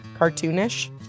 Cartoonish